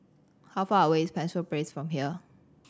how far away is Penshurst Place from here